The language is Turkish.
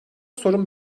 sorun